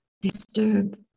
disturb